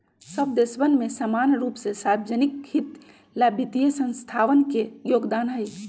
सब देशवन में समान रूप से सार्वज्निक हित ला वित्तीय संस्थावन के योगदान हई